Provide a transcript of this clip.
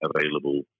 available